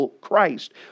Christ